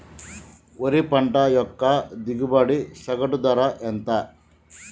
వరి పంట యొక్క దిగుబడి సగటు ధర ఎంత?